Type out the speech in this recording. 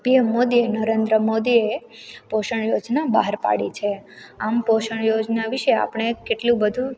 PM મોદીએ નરેન્દ્ર મોદીએ પોષણ યોજના બહાર પાડી છે આમ પોષણ યોજના વિષે આપણે કેટલું બધું